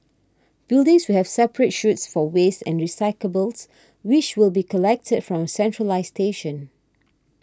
buildings will have separate chutes for waste and recyclables which will be collected from a centralised station